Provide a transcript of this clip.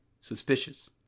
suspicious